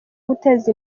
guteza